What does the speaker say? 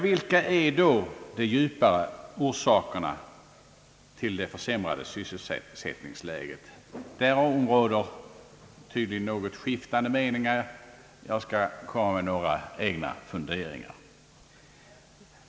Vilka är då de djupare orsakerna till det försämrade <sysselsättningsläget? Därom råder tydligen något skiftande meningar. Jag skall komma med några egna funderingar.